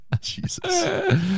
Jesus